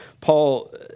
Paul